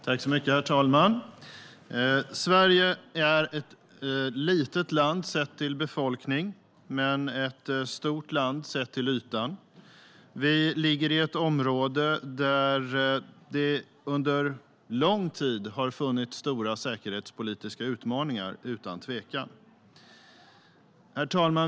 Herr talman! Sverige är ett litet land sett till befolkningen men ett stort land sett till ytan. Sverige ligger i ett område där det under lång tid har funnits stora säkerhetspolitiska utmaningar - utan tvekan. Herr talman!